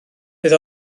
fydd